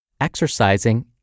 exercising